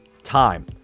Time